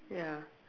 ya